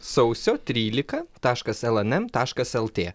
sausio trylika taškas lnm taškas lt